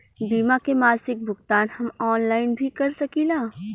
बीमा के मासिक भुगतान हम ऑनलाइन भी कर सकीला?